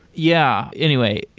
yeah. anyway,